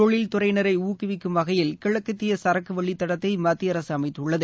தொழில் துறையினரை ஊக்குவிக்கும் வகையில் கிழக்கத்திய சரக்கு வழித்தடத்தை மத்திய அரசு அமைத்துள்ளது